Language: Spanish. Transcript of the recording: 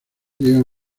llegan